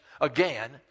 again